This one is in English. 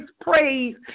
praise